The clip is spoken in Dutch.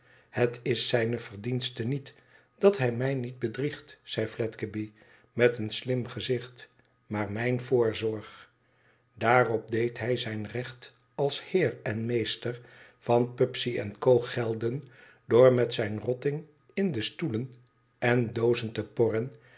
het is zijne verdienste niet dat hij mij niet bedriegt zei fledgeby met een slim gezicht maar mijne voorzorg daarop deed hij zijn recht als heer en meester van pubsey en co gelden door met zijn rotting in de stoelen en doozen te porren